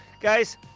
Guys